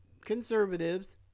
conservatives